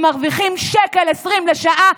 הם מרווחים 1.20 שקל לשעה,